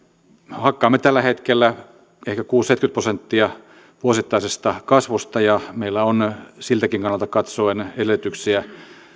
hakkaamme tällä hetkellä ehkä kuusikymmentä viiva seitsemänkymmentä prosenttia vuosittaisesta kasvusta ja meillä on siltäkin kannalta katsoen edellytyksiä